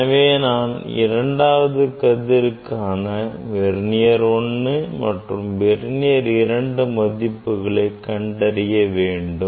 எனவே நான் இரண்டாவது கதிருக்கான வெர்னியர் 1 மற்றும் வெர்னியர் 2 மதிப்புகளை கண்டறிய வேண்டும்